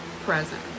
present